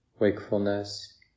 wakefulness